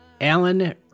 Alan